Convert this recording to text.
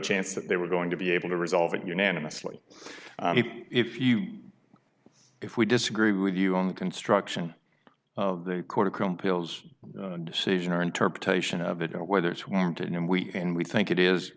chance that they were going to be able to resolve it unanimously if you if we disagree with you on the construction the quarter come pils decision or interpretation of it or whether it's warranted and we in we think it is